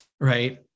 right